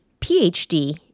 PhD